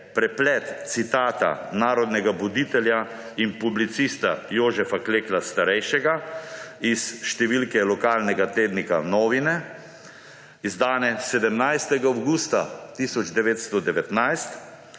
preplet citata narodnega buditelje in publicista Jožefa Klekla starejšega iz številke lokalnega tednika Novine, izdane 17. avgusta 1919.